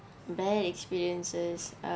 bad experiences uh